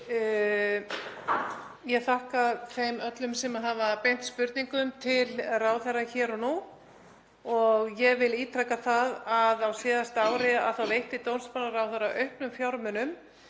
Ég þakka þeim öllum sem hafa beint spurningum til ráðherra hér og nú. Ég vil ítreka það að á síðasta ári veitti dómsmálaráðherra aukna fjármuni